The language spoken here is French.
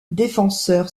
défenseur